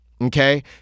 okay